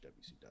wcw